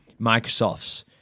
Microsofts